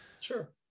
Sure